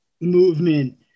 movement